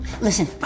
Listen